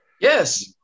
yes